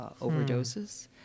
overdoses